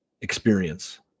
experience